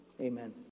Amen